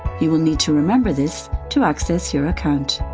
you will need to remember this to access your account.